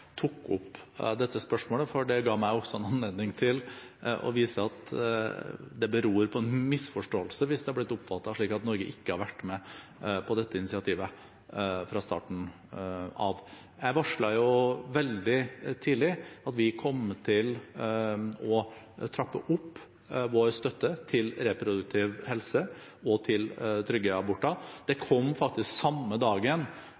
tok opp dette spørsmålet, for det ga meg også en anledning til å vise at det beror på en misforståelse hvis det har blitt oppfattet slik at Norge ikke har vært med på dette initiativet fra starten. Jeg varslet veldig tidlig at vi kommer til å trappe opp vår støtte til reproduktiv helse og trygge aborter